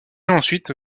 ensuite